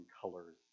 colors